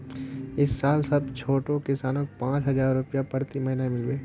इस साल सब छोटो किसानक पांच हजार रुपए प्रति महीना मिल बे